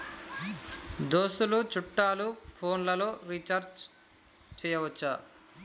దోస్తులు చుట్టాలు ఫోన్లలో రీఛార్జి చేయచ్చా?